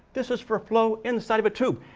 this is for flow inside of a tube.